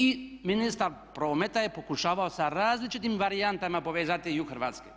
I ministar prometa je pokušavao sa različitim varijantama povezati i u Hrvatske.